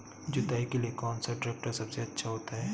जुताई के लिए कौन सा ट्रैक्टर सबसे अच्छा होता है?